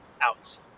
out